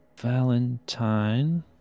valentine